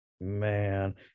man